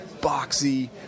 Boxy